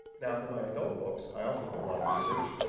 yeah for my adult books, i also do a lot of research.